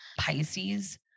Pisces